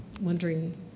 wondering